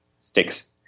sticks